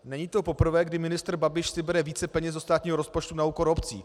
Není to poprvé, kdy si ministr Babiš bere víc peněz do státního rozpočtu na úkor obcí.